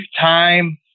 time